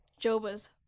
Joba's